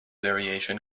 variation